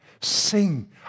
Sing